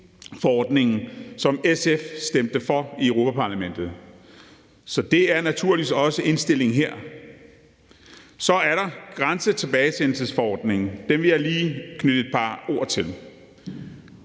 screeningsforordningen, som SF stemte for i Europa-Parlamentet. Så det er naturligvis også indstillingen her. Så er der grænsetilbagesendelsesforordningen, og den vil jeg lige knytte et par ord til.